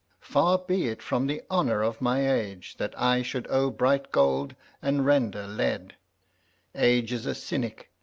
far be it from the honor of my age, that i should owe bright gold and render lead age is a cynic,